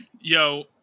Yo